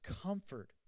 comfort